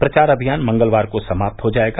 प्रचार अभियान मंगलवार को समाप्त हो जाएगा